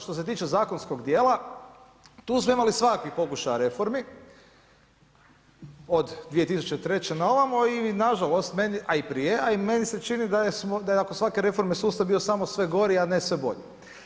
Što se tiče zakonskog dijela, tu smo imali svakakvih pokušaja reformi od 2003. na ovamo i nažalost, meni, a i prije, a i meni se čini da je nakon svake reforme sustav bio samo sve gori a ne sve bolji.